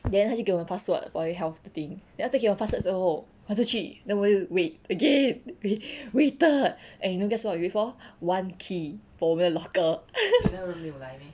then 他就给我们 password for the health the thing then after that 给我们 password 时候我就去 then 我又 wait again wai~ waited and guess what we wait for one key for 我们的 locker